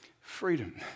freedom